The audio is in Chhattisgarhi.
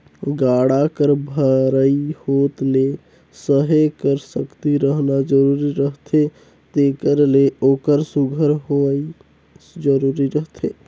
गाड़ा कर भरई होत ले सहे कर सकती रहना जरूरी रहथे तेकर ले ओकर सुग्घर होवई जरूरी रहथे